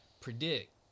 predict